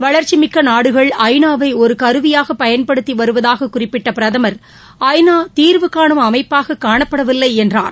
வளர்ச்சி மிக்க நாடுகள் ஐநாவை ஒரு கருவியாக பயன்படுத்தி வருவதாகக் குறிப்பிட்ட பிரதமர் ஐநா தீர்வுகாணும் அமைப்பாக காணப்படவில்லை என்றார்